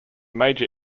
major